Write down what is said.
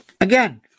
Again